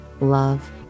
love